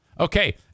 Okay